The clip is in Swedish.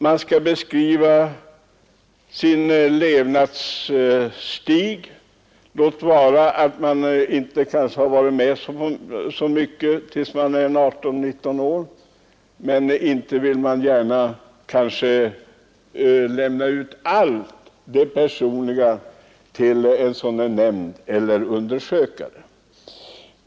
Man skall beskriva sin levnadsstig — och låt vara att man kanske inte har varit med om så mycket när man är 18—19 år, men inte vill man väl gärna lämna ut allt det personliga till en sådan här nämnd eller undersökare.